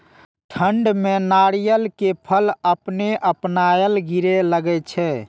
ठंड में नारियल के फल अपने अपनायल गिरे लगए छे?